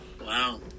Wow